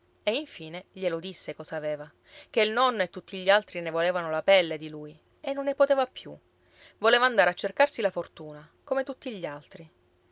e infine glielo disse cosa aveva che il nonno e tutti gli altri ne volevano la pelle di lui e non ne poteva più voleva andare a cercarsi la fortuna come tutti gli altri